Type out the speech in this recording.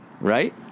right